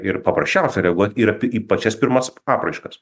ir paprasčiausia reaguot ir į pačias pirmas apraiškas